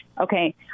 okay